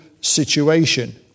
situation